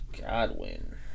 Godwin